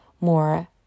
more